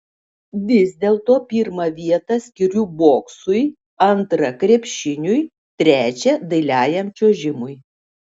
vis dėlto pirmą vietą skiriu boksui antrą krepšiniui trečią dailiajam čiuožimui